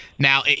Now